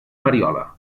mariola